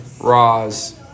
Roz